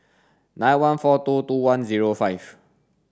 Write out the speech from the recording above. nine one four two two one zero five